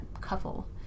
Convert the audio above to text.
couple